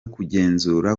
kugenzura